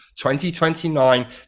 2029